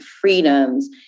freedoms